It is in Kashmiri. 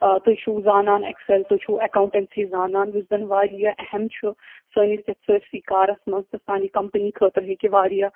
آ تُہۍ چھُو زانان ایٚکسَل تُہۍ چھُو ایٚکاوٹَنسی زانان یُس زَن واریاہ اہم چھُ سٲنِس یَتھ سٲرسٕے کارَس منٛز تہٕ سانہِ کَمپٔنی خٲطرٕ ہیٚکہِ واریاہ